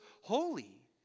holy